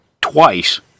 twice